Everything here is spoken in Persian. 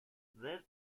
زرت